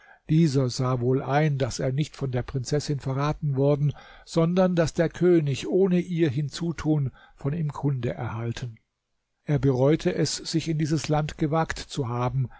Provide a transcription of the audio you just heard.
dieser sah wohl ein daß er nicht von der prinzessin verraten worden sondern daß der könig ohne ihr hinzutun von ihm kunde erhalten er bereute es sich in dieses land gewagt zu haben